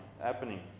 happening